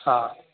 हाँ